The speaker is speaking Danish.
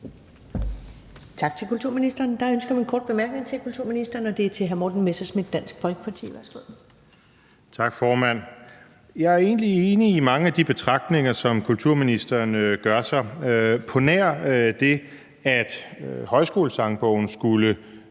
Tak til kulturministeren. Der er ønske om en kort bemærkning til kulturministeren, og den er fra hr. Morten Messerschmidt, Dansk Folkeparti. Værsgo. Kl. 21:10 Morten Messerschmidt (DF): Tak, formand. Jeg er egentlig enig i mange af de betragtninger, som kulturministeren gør sig, på nær det, at »Højskolesangbogen« skulle